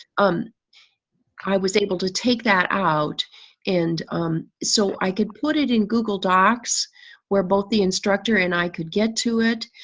um i was able to take that out and um so i could put it in google docs where both the instructor and i could get to it.